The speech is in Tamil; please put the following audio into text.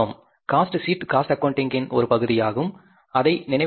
காஸ்ட் ஷீட் காஸ்ட் ஆக்கவுண்டிங் இன் ஒரு பகுதியாகும் அதை நினைவில் கொள்ளுங்கள்